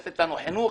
לתת לנו חינוך,